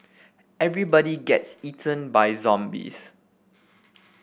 everybody gets eaten by zombies